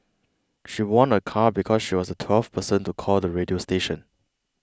she won a car because she was twelfth person to call the radio station